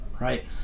right